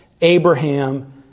Abraham